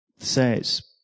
says